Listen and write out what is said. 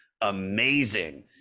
amazing